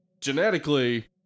genetically